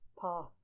path